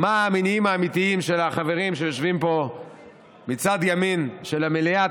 מה המניעים האמיתיים של החברים שיושבים פה מצד ימין של המליאה,